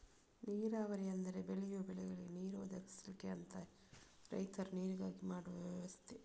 ನೀರಾವರಿ ಅಂದ್ರೆ ಬೆಳೆಯುವ ಬೆಳೆಗಳಿಗೆ ನೀರು ಒದಗಿಸ್ಲಿಕ್ಕೆ ಅಂತ ರೈತರು ನೀರಿಗಾಗಿ ಮಾಡುವ ವ್ಯವಸ್ಥೆ